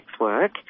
work